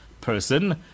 person